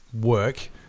work